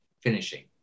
finishing